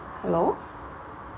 hello